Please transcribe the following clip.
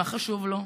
מה חשוב לו,